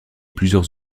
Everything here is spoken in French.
plusieurs